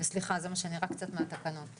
וסליחה, זה מה שנראה קצת מהתקנות.